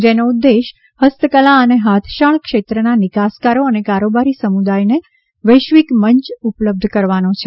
જેનો ઉદ્દેશ્ય હસ્તકલા અને હાથશાળ ક્ષેત્રના નિકાસકારો અને કારોબારી સમુદાયને વૈશ્વિક મંચ ઉપલબ્ધ કરવાનો છે